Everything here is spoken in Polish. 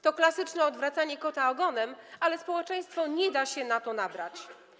To klasyczne odwracanie kota ogonem, ale społeczeństwo nie da się na to nabrać.